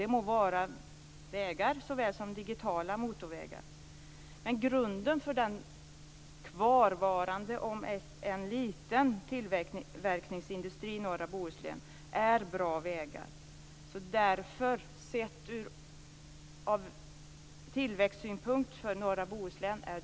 Det må gälla vanliga vägar såväl som digitala motorvägar, men grunden för den kvarvarande om än lilla tillverkningsindustrin i norra Bohuslän är bra vägar. Detta är ur tillväxtsynpunkt avgörande för norra Bohuslän.